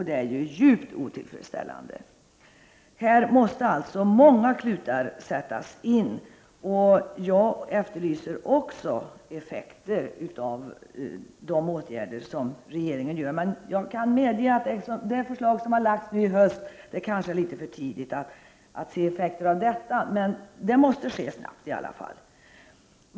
Det är ju djupt otillfredsställande. Här måste alltså många klutar sättas till. Jag efterlyser också effekter av de åtgärder som regeringen vidtar. Jag kan medge att det kanske är litet för tidigt att se effekterna av det förslag som lades fram i höstas, men det måste bli resultat snabbt i alla fall.